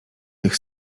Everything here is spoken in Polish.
tych